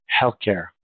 healthcare